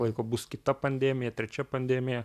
laiko bus kita pandemija trečia pandemija